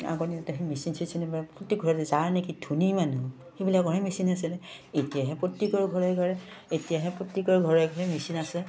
আগৰ দিনত সেই মেচিন চেচিনৰ পৰা প্ৰত্যেক ঘৰতে যাৰ নেকি ধনী মানুহ সেইবিলাকৰহে মেচিন আছিলে এতিয়াহে প্ৰত্যেকৰ ঘৰে ঘৰে এতিয়াহে প্ৰত্যেকৰ ঘৰে ঘৰে মেচিন আছে